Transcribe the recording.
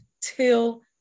till